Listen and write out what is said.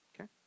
Okay